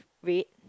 red